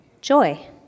joy